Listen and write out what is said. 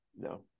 no